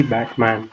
Batman